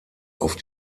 auf